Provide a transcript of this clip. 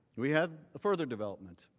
we had a further development.